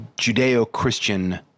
Judeo-Christian